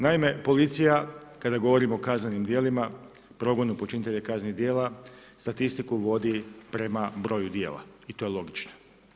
Naime, policija, kada govorimo o kaznenim djelima, progonu počinitelja kaznenih djela, statistiku vodi prema broju djela i to je logično.